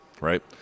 right